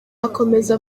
akomeza